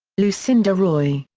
lucinda roy,